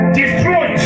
destroy